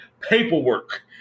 paperwork